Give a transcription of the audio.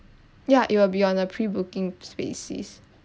ya it will be on a pre booking basics